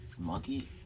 monkey